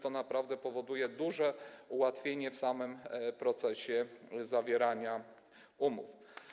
To naprawdę powoduje duże ułatwienie w samym procesie zawierania umów.